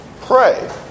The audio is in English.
pray